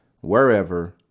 wherever